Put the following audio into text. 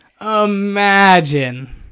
Imagine